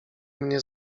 mnie